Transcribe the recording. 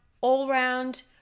all-round